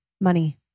Money